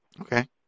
Okay